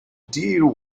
deal